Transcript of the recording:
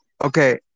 okay